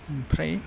ओमफ्राय